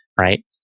right